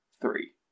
three